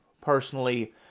personally